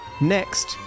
Next